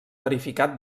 verificat